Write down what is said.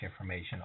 information